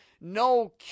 No